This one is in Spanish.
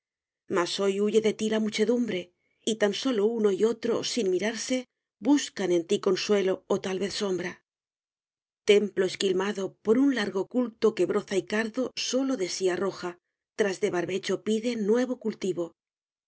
mas hoy huye de tí la muchedumbre y tan sólo uno y otro sin mirarse buscan en ti consuelo ó tal vez sombra templo esquilmado por un largo culto que broza y cardo sólo de sí arroja tras de barbecho pide nuevo cultivo